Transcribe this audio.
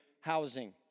housing